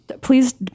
Please